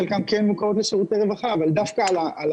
חלקם כן מוכרות לשירותי רווחה אבל דווקא על